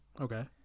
Okay